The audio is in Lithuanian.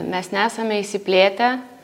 mes nesame išsiplėtę